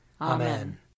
Amen